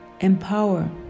empower